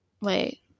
Wait